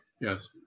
Yes